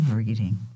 reading